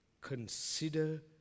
consider